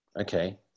okay